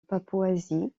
papouasie